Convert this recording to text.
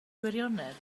gwirionedd